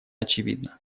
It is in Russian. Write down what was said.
очевидна